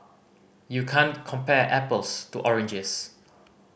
you can't compare apples to oranges